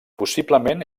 possiblement